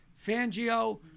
Fangio